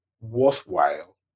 worthwhile